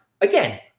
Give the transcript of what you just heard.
again